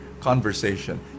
Conversation